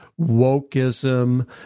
wokeism